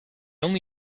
only